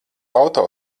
auto